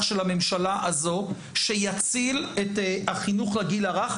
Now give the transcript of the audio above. של הממשלה הזו שיציל את החינוך לגיל הרך,